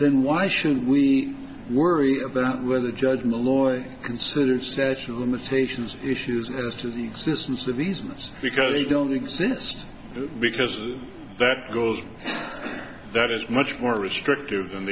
then why should we worry about whether judge milloy considered statute of limitations issues and as to the existence of these myths because they don't exist because that goes that is much more restrictive than